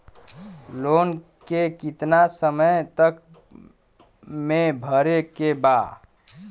Loan के कितना समय तक मे भरे के बा?